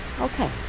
Okay